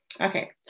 Okay